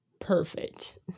perfect